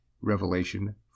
Revelation